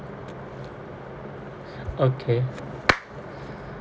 okay